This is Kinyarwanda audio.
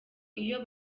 iyo